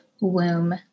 womb